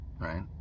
right